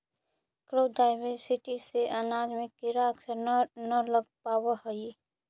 crop diversity से अनाज में कीड़ा अक्सर न न लग पावऽ हइ